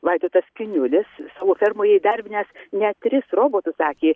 vaidotas kiniulis savo fermoje įdarbinęs net tris robotus sakė